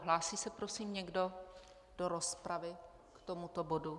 Hlásí se prosím někdo do rozpravy k tomuto bodu?